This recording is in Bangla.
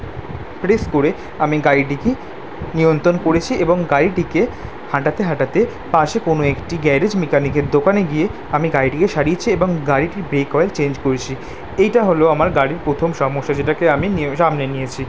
প্রেস করে আমি গাড়িটিকে নিয়ন্ত্রণ করেছি এবং গাড়িটিকে হাঁটাতে হাঁটাতে পাশে কোনো একটি গ্যারেজ মেকানিকের দোকানে গিয়ে আমি গাড়িটিকে সারিয়েছি এবং গাড়িটির ব্রেক করায় চেঞ্জ করেছি এইটা হলো আমার গাড়ির প্রথম সমস্যা যেটাকে আমি সামলে নিয়েছি